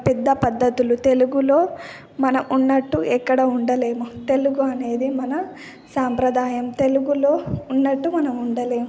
పెద్ద పద్ధతులు తెలుగులో మనం ఉన్నట్టు ఎక్కడ ఉండలేము తెలుగు అనేది మన సాంప్రదాయం తెలుగులో ఉన్నట్టు మనం ఉండలేము